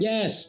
Yes